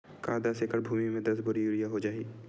का दस एकड़ भुमि में दस बोरी यूरिया हो जाही?